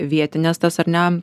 vietines tas ar ne